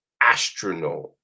astronaut